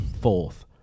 fourth